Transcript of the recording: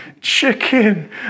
chicken